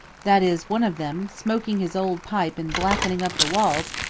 that is one of them, smoking his old pipe and blackening up the walls,